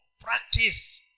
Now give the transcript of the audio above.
practice